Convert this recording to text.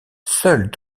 seuls